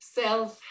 self